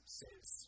says